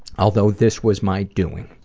although this was my doing.